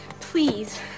please